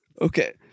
Okay